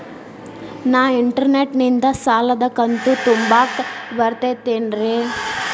ನಾ ಇಂಟರ್ನೆಟ್ ನಿಂದ ಸಾಲದ ಕಂತು ತುಂಬಾಕ್ ಬರತೈತೇನ್ರೇ?